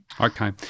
Okay